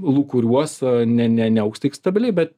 lūkuriuos ne ne neaugs tik stabiliai bet